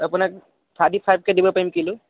আপোনাক থাৰ্টি ফাইভকে দিব পাৰিম কিলো